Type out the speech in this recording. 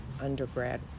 undergrad